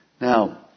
Now